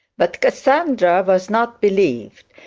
but cassandra was not believed,